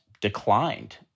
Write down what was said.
declined